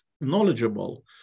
knowledgeable